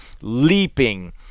leaping